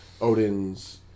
Odin's